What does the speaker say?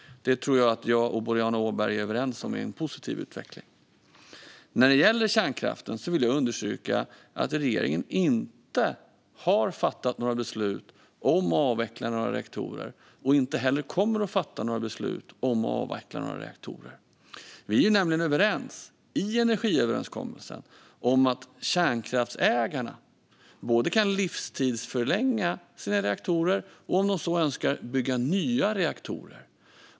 Det tror jag att jag och Boriana Åberg är överens om är en positiv utveckling. När det gäller kärnkraften vill jag understryka att regeringen inte har fattat några beslut om att avveckla några reaktorer och inte eller kommer att fatta några sådana beslut. Vi är nämligen överens i energiöverenskommelsen om att kärnkraftsägarna både kan livstidsförlänga sina reaktorer och om de så önskar bygga nya reaktorer.